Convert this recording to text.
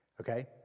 Okay